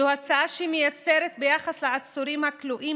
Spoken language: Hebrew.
זו הצעה שמייצרת ביחס לעצורים הכלואים